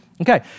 Okay